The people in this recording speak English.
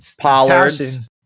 Pollard's